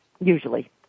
usually